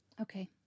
Okay